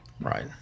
Right